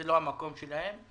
זה לא המקום שלהם.